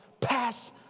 Pass